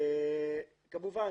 כמובן,